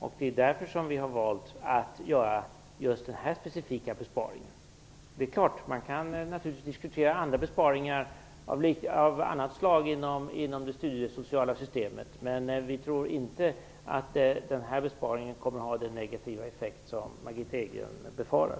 Det är därför vi har valt att göra just den här specifika besparingen. Det är klart att man kan diskutera besparingar av annat slag inom det studiesociala systemet. Men vi tror inte att den här besparingen kommer att ha den negativa effekt som Margitta Edgren befarar.